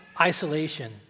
isolation